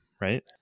Right